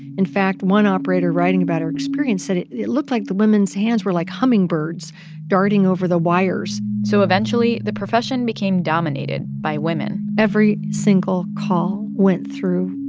in fact, one operator writing about her experience said it it looked like the women's hands were like hummingbirds darting over the wires so eventually, the profession became dominated by women every single call went through,